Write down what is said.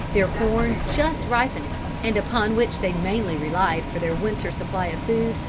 their corn just ripening, and upon which they mainly relied for their winter supply of food,